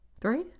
Three